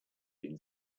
been